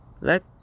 Let